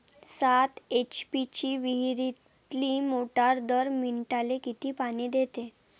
सात एच.पी ची विहिरीतली मोटार दर मिनटाले किती पानी देते?